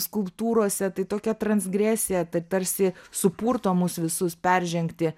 skulptūrose tai tokia transgresija ta tarsi supurto mus visus peržengti